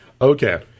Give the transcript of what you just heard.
Okay